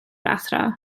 athro